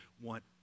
want